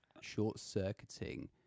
short-circuiting